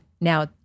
now